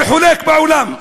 אין חולק בעולם.